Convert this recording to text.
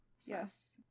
yes